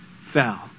fell